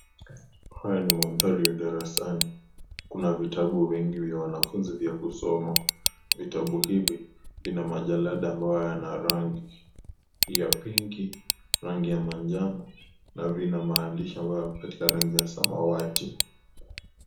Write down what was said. Haya ni mandari ya darasani kuna vitabu vingi vya wananfunzi vya kusoma, vitabu hivi vina majalada ambayo yako na rangi ya pinki rangi ya manjano na yanamaandishi ambayo yako katika rangi ya samawati.